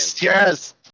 Yes